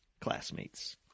classmates